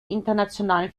internationalen